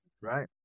right